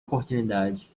oportunidade